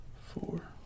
four